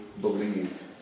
believe